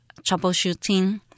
troubleshooting